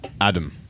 Adam